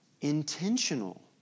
intentional